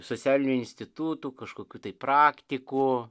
socialinių institutų kažkokių tai praktikų